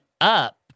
up